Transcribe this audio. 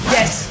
Yes